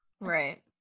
Right